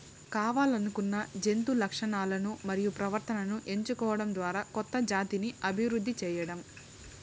కావల్లనుకున్న జంతు లక్షణాలను మరియు ప్రవర్తనను ఎంచుకోవడం ద్వారా కొత్త జాతిని అభివృద్ది చేయడం